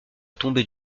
tombée